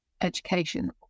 education